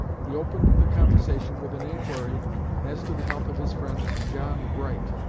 he opened the conversation with an inquiry as to the health of his friend john bright,